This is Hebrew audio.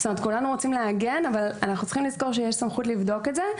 כולנו רוצים להגן אבל אנחנו צריכים לזכור שיש סמכות לבדוק את זה.